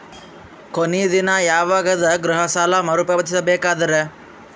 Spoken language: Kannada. ಕೊನಿ ದಿನ ಯವಾಗ ಅದ ಗೃಹ ಸಾಲ ಮರು ಪಾವತಿಸಬೇಕಾದರ?